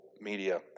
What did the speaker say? media